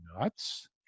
nuts